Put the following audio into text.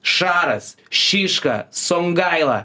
šaras šiška songaila